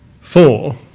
Four